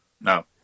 No